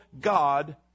God